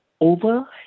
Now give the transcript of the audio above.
over